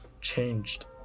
changed